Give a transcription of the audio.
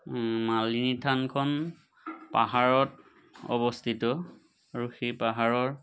মালিনী থানখন পাহাৰত অৱস্থিত আৰু সেই পাহাৰৰ